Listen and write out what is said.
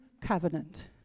covenant